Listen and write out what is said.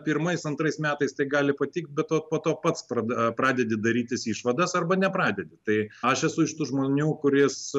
pirmais antrais metais tai gali patikti bet va po to pats pradeda pradedi darytis išvadas arba nepradedi tai aš esu iš tų žmonių kuris